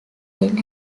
then